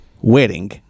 wedding